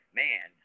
man